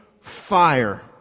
fire